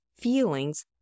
feelings